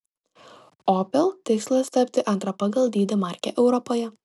opel tikslas tapti antra pagal dydį marke europoje